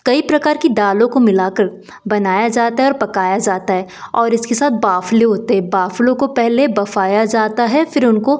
कई प्रकार की दालों को मिला कर बनाया जाता है और पकाया जाता है और इसकी साथ बाफले होते है बाफलों को पहले बफाया जाता है फिर उनको